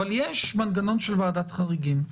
אבל יש מנגנון של ועדת חריגים.